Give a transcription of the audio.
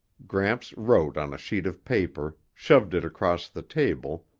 gramps wrote on a sheet of paper, shoved it across the table,